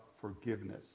forgiveness